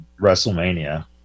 WrestleMania